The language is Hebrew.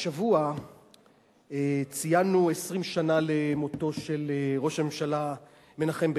השבוע ציינו 20 שנה למותו של ראש הממשלה מנחם בגין.